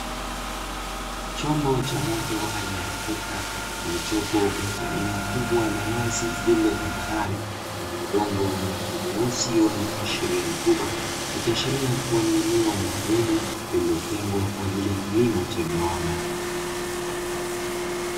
Chombo cha moto aina ya trekta, kilichopo katika eneo kubwa la wazi lililo tambarare, lenye udongo wenye rangi nyeusi wenye kuashiria rutuba, ikiashiria kuwa ni eneo maalumu lililotengwa kwa ajili ya kilimo cha viwanda.